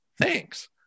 Thanks